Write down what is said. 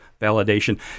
validation